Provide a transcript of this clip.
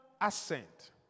assent